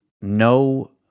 no